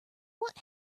what